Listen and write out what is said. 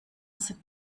sind